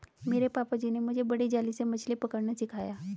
मेरे पापा जी ने मुझे बड़ी जाली से मछली पकड़ना सिखाया